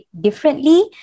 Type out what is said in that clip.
differently